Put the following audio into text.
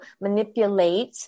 manipulate